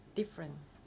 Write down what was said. difference